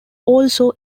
also